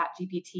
ChatGPT